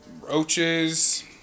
roaches